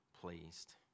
pleased